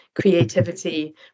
creativity